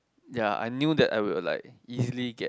ya I knew that I will like easily get